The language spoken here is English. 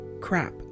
Crap